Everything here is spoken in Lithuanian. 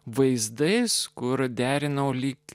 vaizdais kur derinau lyg